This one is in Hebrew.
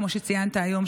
כמו שציינת היום,